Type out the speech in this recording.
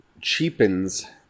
cheapens